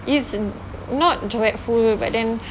it's not dreadful but then